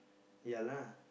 ya lah